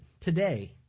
today